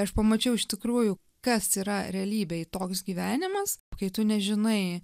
aš pamačiau iš tikrųjų kas yra realybėj toks gyvenimas kai tu nežinai